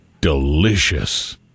Delicious